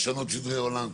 לשנות סדרי עולם,